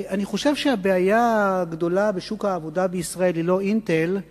אני חושב שהבעיה הגדולה בשוק העבודה בישראל היא לא "אינטל";